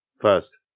First